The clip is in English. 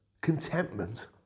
contentment